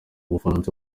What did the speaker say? bufaransa